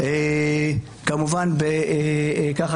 כמובן כך